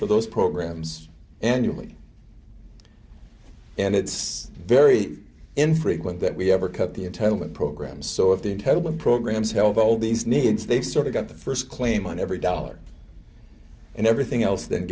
for those programs annually and it's very infrequent that we ever cut the entitlement programs so if the head of the programs held all these needs they sort of got the first claim on every dollar and everything else tha